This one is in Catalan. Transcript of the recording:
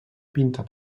pintar